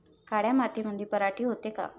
काळ्या मातीमंदी पराटी होते का?